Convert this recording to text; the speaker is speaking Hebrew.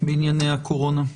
בענייני הקורונה.